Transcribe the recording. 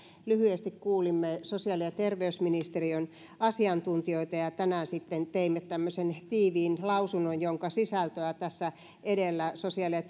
lyhyesti kuulimme sosiaali ja terveysministeriön asiantuntijoita ja tänään teimme tämmöisen tiiviin lausunnon jonka sisältöä tässä edellä sosiaali ja